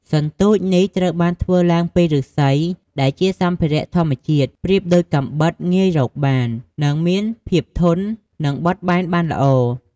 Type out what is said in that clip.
សន្ទូចនេះ ត្រូវបានធ្វើឡើងពីឬស្សី ដែលជាសម្ភារៈធម្មជាតិប្រៀបដូចកាំបិតងាយរកបាន និងមានភាពធន់និងបត់បែនបានល្អ។